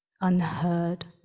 unheard